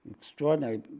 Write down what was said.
Extraordinary